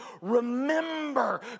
remember